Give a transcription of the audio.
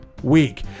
week